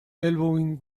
elbowing